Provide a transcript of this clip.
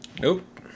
Nope